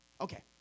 Okay